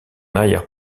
arrière